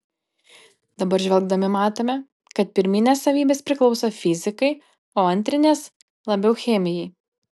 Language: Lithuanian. dabar žvelgdami matome kad pirminės savybės priklauso fizikai o antrinės labiau chemijai